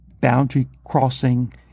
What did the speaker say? boundary-crossing